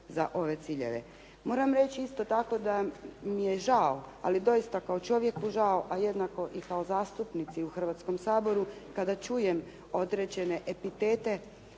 za ove ciljeve. Moram reći isto tako da mi je žao ali doista kao čovjeku žao, a jednako kao zastupnici u Hrvatskom saboru kada čujem određene epitete,